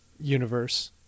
universe